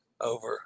over